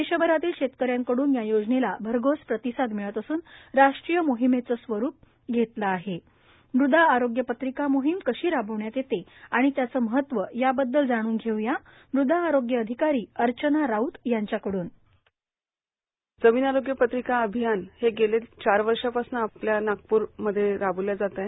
दक्षाभरातील शव्वकऱ्यांकडून या योजनव्वा भरघोस प्रतिसाद मिळत असून राष्ट्रीय मोहिमद्वां स्वरूप घप्नला आह मृदा आरोग्य पत्रिका मोहीम कशी राबविण्यात यप्त आणि त्याच महत्व या बद्दल जाणून घफ़या म़दा आरोग्य अधिकारी अर्चना राऊत यांच्या कड्न साऊंड बाईट जमीन आरोग्य पत्रिका अभियान ह गझ्या चार वर्षापासून आपल्या नागप्रमध्य राबविला जातो